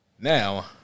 Now